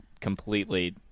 completely